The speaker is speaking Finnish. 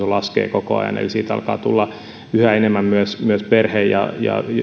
laskee koko ajan eli siitä alkaa tulla yhä enemmän myös myös perheiden ja ja